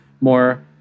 more